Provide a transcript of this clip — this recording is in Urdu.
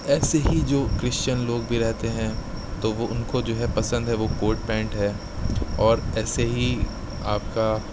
ایسے ہی جو کرشچن لوگ بھی رہتے ہیں تو وہ ان کو جو ہے پسند ہے وہ کورٹ پینٹ ہے اور ایسے ہی آپ کا